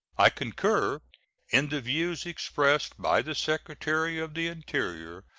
i concur in the views expressed by the secretary of the interior,